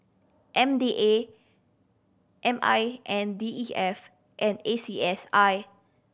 M D A M I N D E F and A C S I